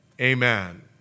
amen